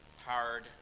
hard